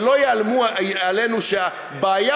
שלא יאיימו עלינו שהבעיה